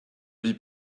vies